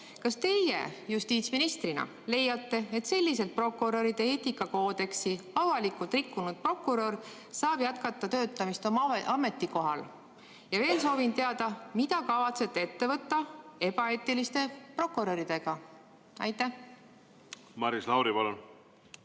kas teie justiitsministrina leiate, et selliselt prokuröride eetikakoodeksit avalikult rikkunud prokurör saab jätkata töötamist oma ametikohal? Veel soovin ma teada, mida te kavatsete ette võtta ebaeetiliste prokuröridega. Aitäh, austatud istungi